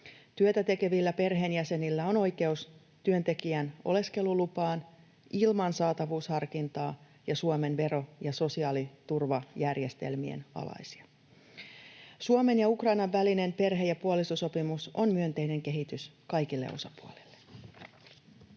Työtä tekevillä perheenjäsenillä on oikeus työntekijän oleskelulupaan ilman saatavuusharkintaa, ja he ovat Suomen vero- ja sosiaaliturvajärjestelmien alaisia. Suomen ja Ukrainan välinen perhe- ja puolisosopimus on myönteinen kehitys kaikille osapuolille.